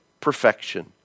perfection